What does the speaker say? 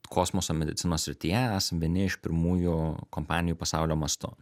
kosmoso medicinos srityje esam vieni iš pirmųjų kompanijų pasaulio mastu